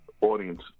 audience